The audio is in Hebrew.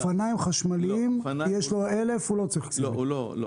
אם יש לו 1,000 אופניים חשמליים הוא לא צריך קצין בטיחות.